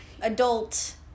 adult